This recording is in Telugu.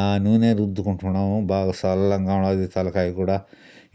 ఆ నూనె రుద్దుకుంటున్నాము బాగా చల్లంగా ఉండాది తలకాయ కూడా